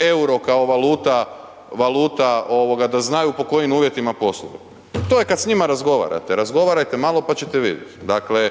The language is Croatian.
EUR-o kao valuta, valuta ovoga da znaju pod kojim uvjetima posluju, to je kad s njima razgovarate, razgovarajte malo, pa ćete vidjet. Dakle,